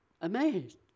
amazed